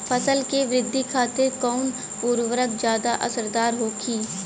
फसल के वृद्धि खातिन कवन उर्वरक ज्यादा असरदार होखि?